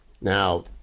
Now